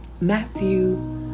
Matthew